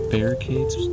Barricades